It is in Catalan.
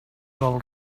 del